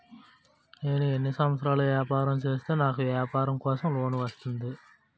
నేను ఎన్ని సంవత్సరాలు వ్యాపారం చేస్తే నాకు వ్యాపారం కోసం లోన్ వస్తుంది?